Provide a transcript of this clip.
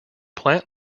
plant